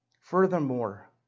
Furthermore